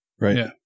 Right